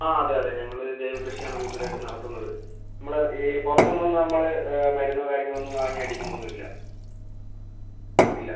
ആ അതെ അതെ ഞങ്ങൾ ജൈവ കൃഷിയാണ് കൂടുതലായിട്ടും നടത്തുന്നത് നമ്മൾ ഈ പുറത്തുനിന്നൊന്നും നമ്മൾ മരുന്ന് കാര്യങ്ങളൊന്നും വാങ്ങി അടിക്കുന്നൊന്നുമില്ല ഇല്ല